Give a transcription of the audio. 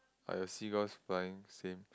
are the seagulls flying same